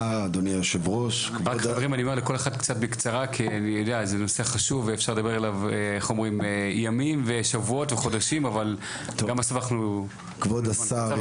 כבוד השר,